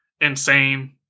insane